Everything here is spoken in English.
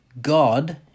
god